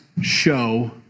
show